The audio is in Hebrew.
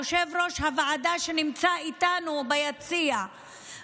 יושב-ראש הוועדה שנמצא איתנו ביציע,